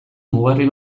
mugarri